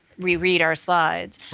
reread our slides.